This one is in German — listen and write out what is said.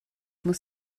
muss